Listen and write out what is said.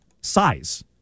size